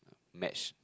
match